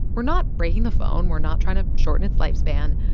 we're not breaking the phone. we're not trying to shorten its lifespan.